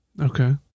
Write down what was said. okay